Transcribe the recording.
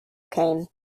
kane